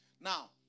Now